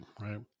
right